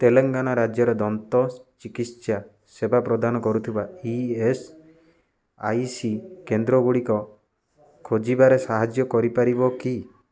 ତେଲେଙ୍ଗାନା ରାଜ୍ୟରେ ଦନ୍ତ ଚିକିତ୍ସା ସେବା ପ୍ରଦାନ କରୁଥିବା ଇ ଏସ୍ ଆଇ ସି କେନ୍ଦ୍ରଗୁଡ଼ିକ ଖୋଜିବାରେ ସାହାଯ୍ୟ କରିପାରିବ କି